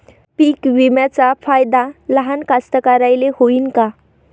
पीक विम्याचा फायदा लहान कास्तकाराइले होईन का?